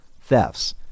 thefts